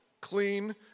clean